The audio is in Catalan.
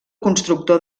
constructor